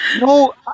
No